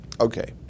Okay